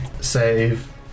save